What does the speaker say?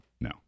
no